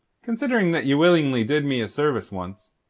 considering that ye willingly did me a service once,